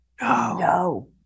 No